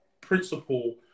principle